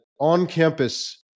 on-campus